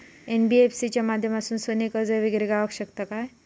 NBFC च्या माध्यमातून सोने कर्ज वगैरे गावात शकता काय?